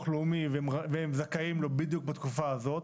לאומי והם זכאים לו בדיוק בתקופה הזאת,